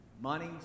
Money